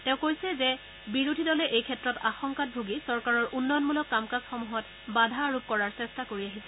তেওঁ কৈছে যে বিৰোধী দলে এই ক্ষেত্ৰত আশংকাত ভুগি চৰকাৰৰ উন্নয়নমূলক কাম কাজসমূহত বাধা আৰোপ কৰাৰ চেটা কৰি আহিছে